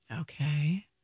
Okay